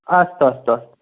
अस्तु अस्तु अस्तु